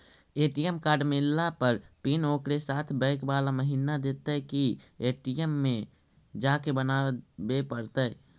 ATM card मिलला पर pin ओकरे साथे बैक बाला महिना देतै कि ए.टी.एम में जाके बना बे पड़तै?